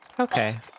Okay